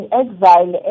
exile